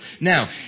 now